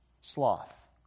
sloth